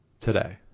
today